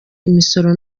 imisoro